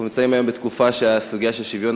אנחנו נמצאים היום בתקופה שהסוגיה של שוויון